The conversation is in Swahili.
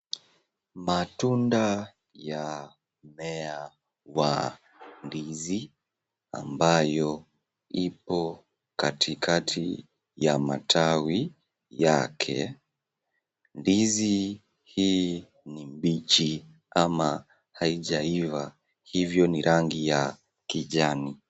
Matunda ya mmea wa ndizi ambayo iko katikati ya matawi yake. Ndizi hii ni mbichi ama haijaiva kwa hivyo ni ya rangi ya kijani.